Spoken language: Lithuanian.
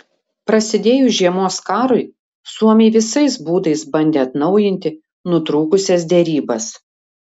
prasidėjus žiemos karui suomiai visais būdais bandė atnaujinti nutrūkusias derybas